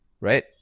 right